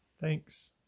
Thanks